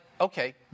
okay